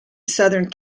southern